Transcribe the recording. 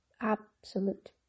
absolute